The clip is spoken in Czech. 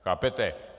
Chápete?